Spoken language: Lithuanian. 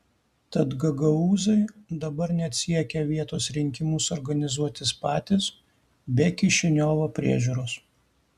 tad gagaūzai dabar net siekia vietos rinkimus organizuotis patys be kišiniovo priežiūros